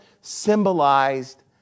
symbolized